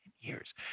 years